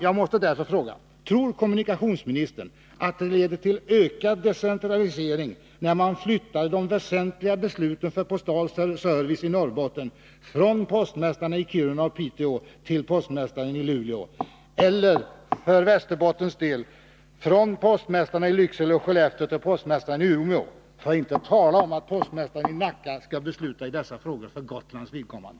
Jag måste därför fråga: Tror kommunikationsministern att det leder till ökad decentralisering när man flyttar de väsentliga besluten för postal service i Norrbotten från postmästarna i Kiruna och Piteå till postmästaren i Luleå eller för Västerbottens del från postmästarna i Lycksele och Skellefteå till postmästaren i Umeå? För att inte tala om att postmästaren i Nacka skall besluta i dessa frågor för Gotlands vidkommande!